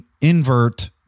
Invert